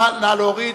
להוריד.